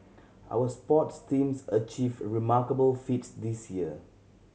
our sports teams achieved remarkable feat this year